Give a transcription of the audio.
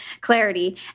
clarity